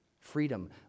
Freedom